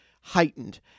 heightened